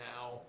now